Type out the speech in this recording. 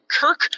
Kirk